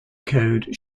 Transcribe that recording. code